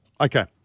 Okay